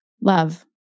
Love